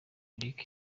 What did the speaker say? ludic